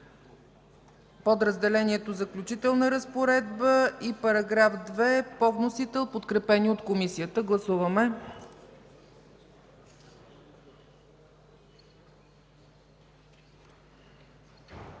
подразделението „Заключителна разпоредба” и § 2 по вносител, подкрепени от комисията. Гласували